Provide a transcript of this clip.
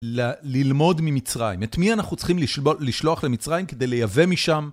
ללמוד ממצרים, את מי אנחנו צריכים לשלוח למצרים כדי לייבא משם.